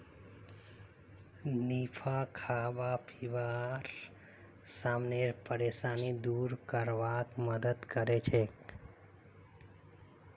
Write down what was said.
निफा खाबा पीबार समानेर परेशानी दूर करवार मदद करछेक